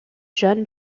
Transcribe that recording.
john